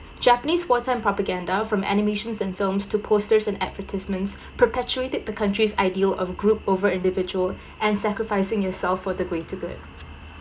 Japanese war time propaganda from animations and films to posters and advertisements perpetuated the country's ideal of group over individual and sacrificing yourselves for the greater good